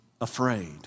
afraid